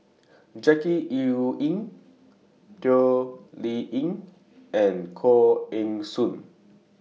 Jackie Yi Ru Ying Toh Liying and Koh Eng Hoon